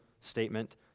statement